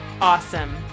Awesome